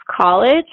college